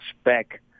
spec